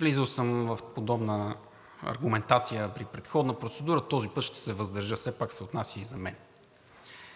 Влизал съм в подобна аргументация при предходна процедура, този път ще се въздържа, все пак се отнася и за мен.